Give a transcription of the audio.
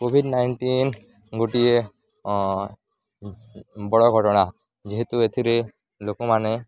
Covid nineteen ଗୋଟିଏ ବଡ଼ ଘଟଣା ଯେହେତୁ ଏଥିରେ ଲୋକମାନେ